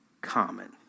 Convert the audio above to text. common